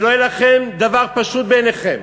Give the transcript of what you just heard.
שלא יהיה לכם דבר פשוט בעיניכם.